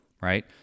Right